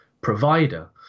provider